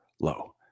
low